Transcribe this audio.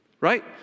right